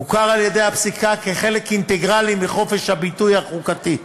הוכר על-ידי הפסיקה כחלק אינטגרלי של חופש הביטוי החוקתי.